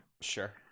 Sure